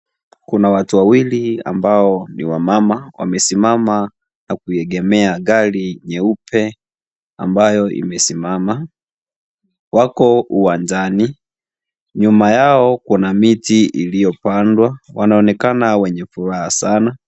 Kuna watu wawili ambao ni wamama wamesimama na kuegemea gari nyeupe ambayo imesimama. Wako uwanjani na nyuma yao kuna miti iliyopandwa. Wanaonekana wenye furaha sana.